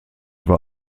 war